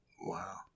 Wow